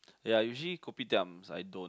ya usually kopitiams I don't